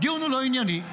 הדיון הוא לא ענייני.